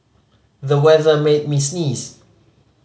the weather made me sneeze